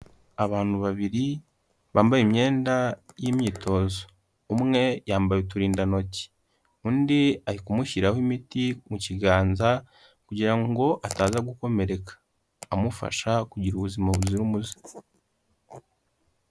Abantu babiri bambaye imyenda y'imyitozo, umwe yambaye uturindantoki, undi ari kumushyiraho imiti mu kiganza kugira ngo ataza gukomereka, amufasha kugira ubuzima buzira umuze.